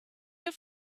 your